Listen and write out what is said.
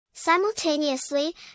Simultaneously